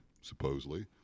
supposedly